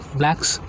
blacks